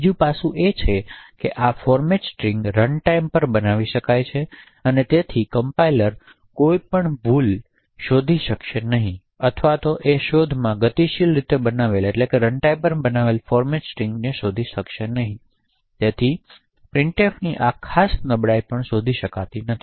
બીજો પાસું એ છે કે આ ફોર્મેટ સ્ટ્રિંગ રનટાઈમ પર બનાવી શકાય છે અને તેથી કમ્પાઇલર્સ કોઈપણ નબળાઈઓ અથવા ભૂલો શોધી શકશે નહીં અથવા શોધમાં ગતિશીલ રીતે બનાવેલ ફોર્મેટ સ્ટ્રિંગ શોધી શકશે નહીં તેથી પ્રિન્ટફની આ ખાસ નબળાઈ પણ શોધી શકાતી નથી